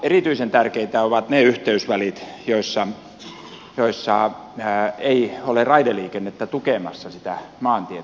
erityisen tärkeitä ovat ne yhteysvälit joissa ei ole raideliikennettä tukemassa sitä maantietä